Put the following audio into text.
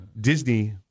Disney